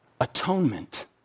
Atonement